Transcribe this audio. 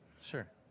Sure